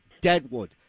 Deadwood